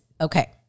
okay